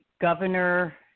governor